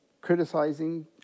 criticizing